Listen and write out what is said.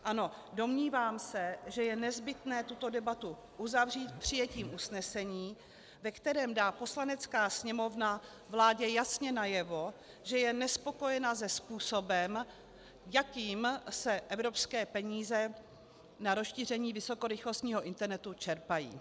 Ano, domnívám se, že je nezbytné tuto debatu uzavřít přijetím usnesení, ve kterém dá Poslanecká sněmovna vládě jasně najevo, že je nespokojená se způsobem, jakým se evropské peníze na rozšíření vysokorychlostního internetu čerpají.